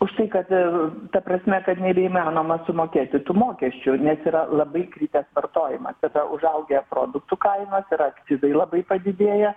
už tai kad ta prasme kad nebeįmanoma sumokėti tų mokesčių nes yra labai kritęs vartojimas tada užaugę produktų kainos ir akcizai labai padidėję